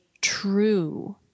true